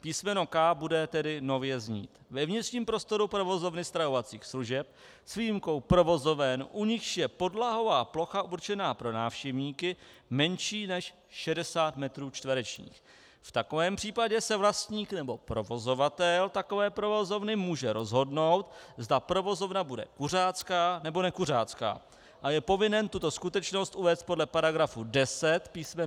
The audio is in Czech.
písmeno k) bude tedy nově znít: Ve vnitřním prostoru provozovny stravovacích služeb s výjimkou provozoven, u nichž je podlahová plocha určená pro návštěvníky menší než 60 m2, v takovém případě se vlastník nebo provozovatel takové provozovny může rozhodnout, zda provozovna bude kuřácká, nebo nekuřácká, a je povinen tuto skutečnost uvést podle § 10 písm.